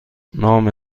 نام